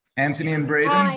anthony and braden.